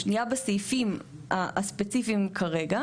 בסעיפים הספציפיים כרגע,